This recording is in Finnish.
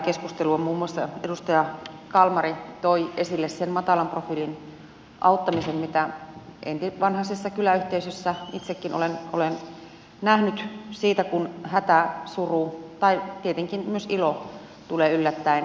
muun muassa edustaja kalmari toi esille sen matalan profiilin auttamisen mitä ennenvanhaisessa kyläyhteisössä itsekin olen nähnyt siinä kun hätä suru tai tietenkin myös ilo on tullut yllättäen